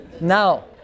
Now